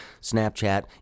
Snapchat